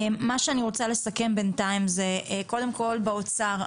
מה שאני רוצה לסכם בינתיים זה קודם כל באוצר,